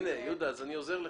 הנה, אני עוזר לך.